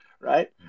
Right